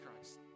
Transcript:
Christ